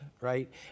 right